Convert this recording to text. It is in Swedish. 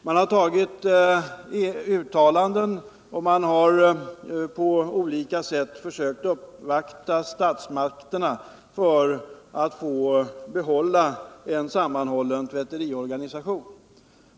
Man har gjort uttalanden och på olika sätt försökt uppvakta statsmakterna för att få behålla en sammanhållen tvätteriorganisation.